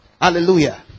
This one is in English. Hallelujah